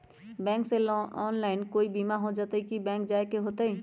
Bank से online कोई बिमा हो जाई कि बैंक जाए के होई त?